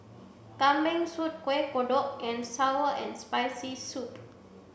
kambing soup kueh kodok and sour and spicy soup